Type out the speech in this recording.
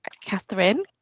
Catherine